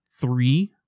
three